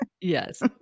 Yes